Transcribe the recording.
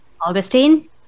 Augustine